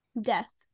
death